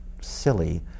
silly